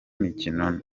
mikino